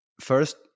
first